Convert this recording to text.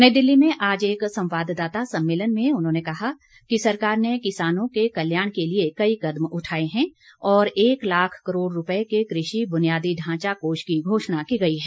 नई दिल्ली में आज एक संवाददाता सम्मेलन में उन्होंने कहा कि सरकार ने किसानों के कल्याण के लिए कई कदम उठाए हैं और एक लाख करोड़ रूपए के कृषि बुनियादी ढांचा कोष की घोषणा की गई है